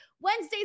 Wednesdays